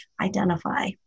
identify